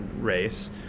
race